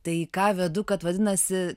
tai ką vedu kad vadinasi